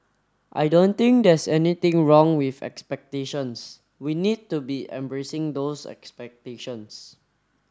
I don't think there's anything wrong with expectations we need to be embracing those expectations